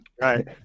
Right